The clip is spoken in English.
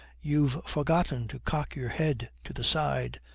you've forgotten to cock your head to the side.